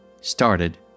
started